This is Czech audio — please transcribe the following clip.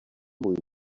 můj